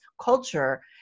culture